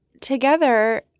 together